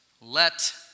let